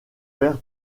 perte